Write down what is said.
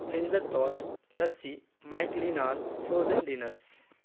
لنزر ٹاٹ لسی میکلیناز فروزن ڈینرس